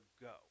go